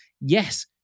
yes